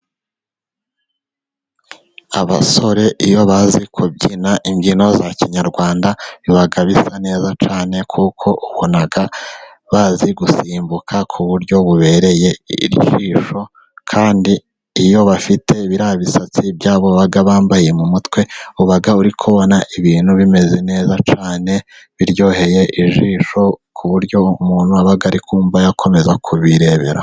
Abasore iyo bazi kubyina imbyino za kinyarwanda biba bisa neza cyane, kuko ubona bazi gusimbuka ku buryo bubereye ijisho, kandi iyo bafite biriya bisatsi byabo baba bambaye mu mutwe uba uri kubona ibintu bimeze neza cyane biryoheye ijisho, ku buryo umuntu aba ari kumva yakomeza kubirebera.